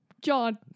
John